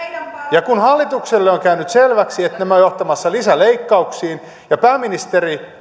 ja kun hallitukselle on käynyt selväksi että nämä ovat johtamassa lisäleikkauksiin ja pääministeri